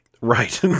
Right